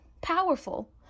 powerful